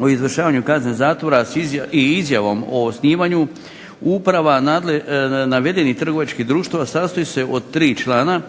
o izvršavanju kazne zatvora i izjavom o osnivanju uprava navedenih trgovačkih društava sastoji se od tri člana